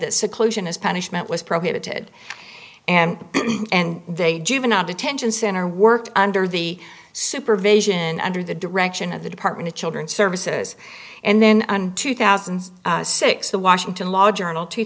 that seclusion as punishment was prohibited and and they juvenile detention center worked under the supervision under the direction of the department of children services and then twelve thousand and six the washington law journal two